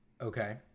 Okay